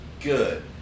good